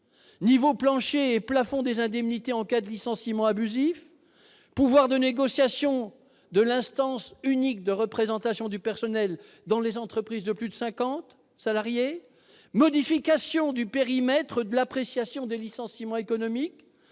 niveau plancher et plafond des indemnités en cas de licenciement abusif, pouvoir de négociation de l'instance unique de représentation du personnel dans les entreprises de plus de cinquante salariés, modification du périmètre de l'appréciation du licenciement économique,